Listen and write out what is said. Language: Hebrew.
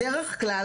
בדרך כלל,